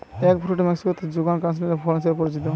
egg fruit মেক্সিকোতে যুগান ক্যান্টিসেল ফল হিসেবে পরিচিত